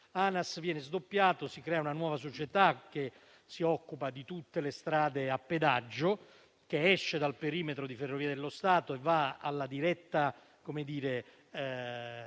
che viene sdoppiata, creando una nuova società che si occupa di tutte le strade a pedaggio, che esce dal perimetro di Ferrovie dello Stato e va sotto la